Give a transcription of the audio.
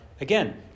Again